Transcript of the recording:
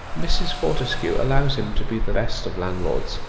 mrs. fortescue allows him to be the best of landlords